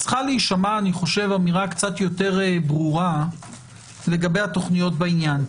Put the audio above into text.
צריכה להישמע אמירה קצת יותר ברורה לגבי התוכניות בעניין,